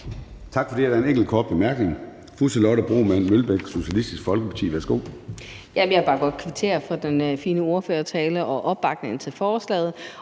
Tak for det, og der er en enkelt kort bemærkning fra fru Charlotte Broman Mølbæk, Socialistisk Folkeparti. Værsgo.